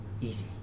easy